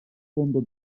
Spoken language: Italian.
fondo